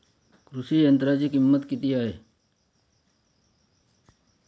कृषी यंत्राची किंमत किती आहे?